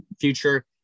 future